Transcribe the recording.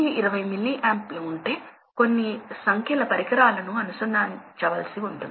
కాబట్టి లోడ్ సాధారణంగా అటువంటి సమీకరణాన్ని అనుసరిస్తుంది